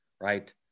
right